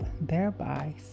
thereby